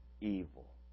evil